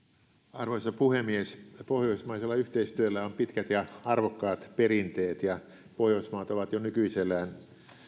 arvoisa puhemies pohjoismaisella yhteistyöllä on pitkät ja arvokkaat perinteet ja pohjoismaat ovat jo nykyisellään